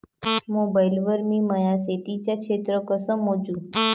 Mobile वर मी माया शेतीचं क्षेत्र कस मोजू?